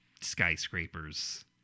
skyscrapers